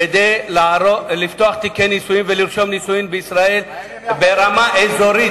כדי לפתוח תיקי נישואין ולרשום נישואין בישראל ברמה אזורית,